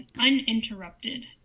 uninterrupted